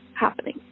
happening